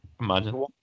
Imagine